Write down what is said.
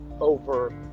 over